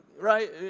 right